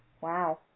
Wow